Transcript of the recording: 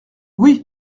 oui